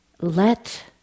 let